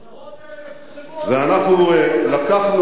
הצהרות כאלה, ואנחנו לקחנו,